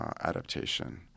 adaptation